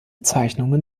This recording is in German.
zeichnungen